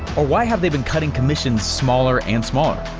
or why have they been cutting commissions smaller and smaller?